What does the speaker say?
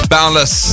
Boundless